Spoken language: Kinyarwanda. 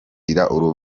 iyo